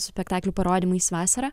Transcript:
spektaklių parodymais vasarą